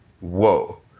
whoa